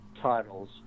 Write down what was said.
titles